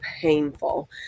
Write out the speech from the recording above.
painful